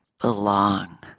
belong